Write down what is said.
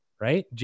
right